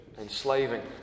Enslaving